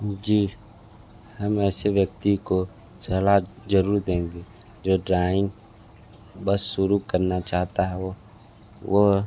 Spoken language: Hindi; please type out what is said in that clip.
जी हम ऐसे व्यक्ति को सलाद ज़रूर देंगे जो ड्राइंग बस शुरू करना चाहता है वो